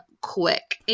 quick